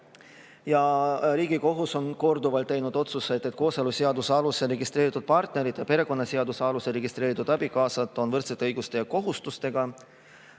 Riigikohus on korduvalt teinud otsuseid, et kooseluseaduse alusel registreeritud partnerid ja perekonnaseaduse alusel registreeritud abikaasad on võrdsete õiguste ja kohustustega.